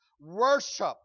worship